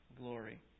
glory